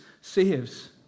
saves